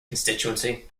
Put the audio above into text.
constituency